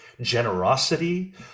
generosity